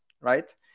right